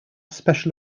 special